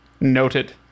noted